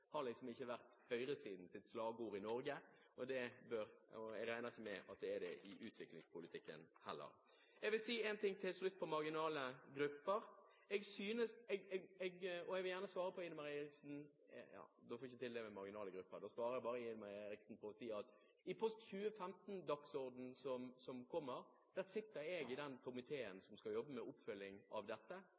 har liksom ikke vært høyresidens slagord i Norge, og jeg regner ikke med at det er det i utviklingspolitikken heller. Jeg vil til slutt si en ting om marginale grupper, og jeg vil gjerne svare Ine M. Eriksen Søreide – jeg får ikke tid til det med marginale grupper. Da svarer jeg bare Ine M. Eriksen Søreide at når det gjelder Post 2015-dagsordenen som kommer, sitter jeg i den komiteen som skal jobbe med oppfølging av dette.